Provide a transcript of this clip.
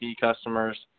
customers